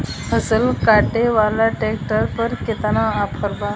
फसल काटे वाला ट्रैक्टर पर केतना ऑफर बा?